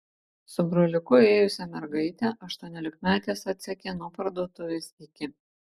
su broliuku ėjusią mergaitę aštuoniolikmetės atsekė nuo parduotuvės iki